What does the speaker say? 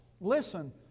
Listen